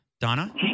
Donna